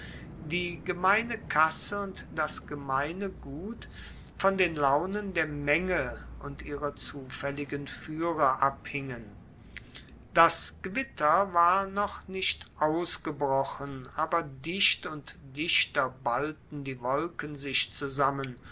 die gemeine kasse und das gemeine gut von den launen der menge und ihrer zufaelligen fuehrer abhingen das gewitter war noch nicht ausgebrochen aber dicht und dichter ballten die wolken sich zusammen